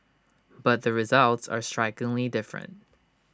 but the results are strikingly different